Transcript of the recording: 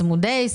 צמודי,